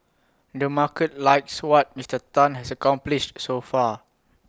the market likes what Mister Tan has accomplished so far